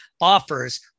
offers